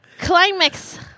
climax